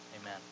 Amen